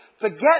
forget